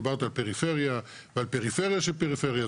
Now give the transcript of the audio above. דיברת על פריפריה ועל פריפריה של פריפריה,